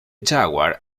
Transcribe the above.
jaguar